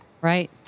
Right